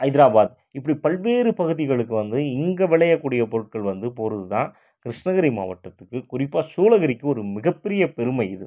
ஹைத்ராபாத் இப்படி பல்வேறு பகுதிகளுக்கு வந்து இங்கே விளையக்கூடிய பொருட்கள் வந்து போவது தான் கிருஷ்ணகிரி மாவட்டத்துக்கு குறிப்பாக சூளகிரிக்கு ஒரு மிகப்பெரிய பெருமை இது